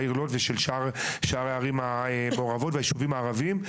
העיר לוד ושל הערים המעורבות והישובים הערביים.